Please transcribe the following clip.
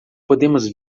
podemos